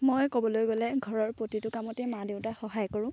মই ক'বলৈ গ'লে ঘৰৰ প্ৰতিটো কামতে মা দেউতাক সহায় কৰোঁ